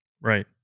Right